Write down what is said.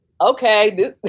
okay